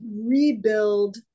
rebuild